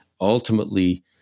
ultimately